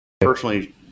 personally